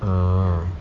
ah